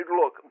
look